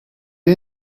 you